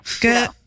Good